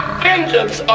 vengeance